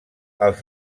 els